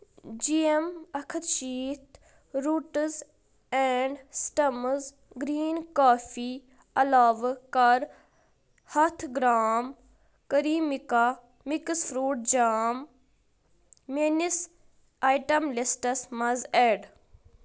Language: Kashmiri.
جی اٮ۪م اَکھ ہَتھ شیٖتھ روٗٹس اینٛڈ سٹٮ۪مز گرٛیٖن کافی علاوٕ کَر ہَتھ gram Cremica mix fruit jam mayonnaise item لسٹَس منٛز ایڈ